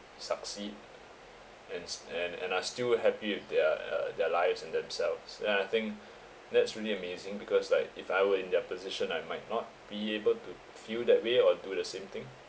succeed and and and are still happy with their uh their lives and themselves and I think that's really amazing because like if I were in their position I might not be able to feel that way or do the same thing